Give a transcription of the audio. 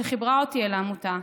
שחיברה אותי אל העמותה,